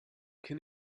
can